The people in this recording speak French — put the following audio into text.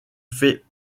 fait